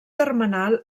termenal